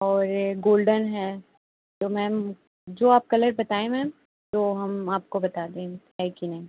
और ये गोल्डन है तो मैम जो आप कलर बताएँ मैम तो हम आपको बता देंगे है कि नहीं